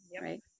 Right